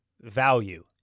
value